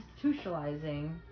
institutionalizing